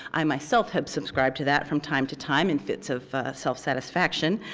i, myself, have subscribed to that from time to time in fits of self-satisfaction.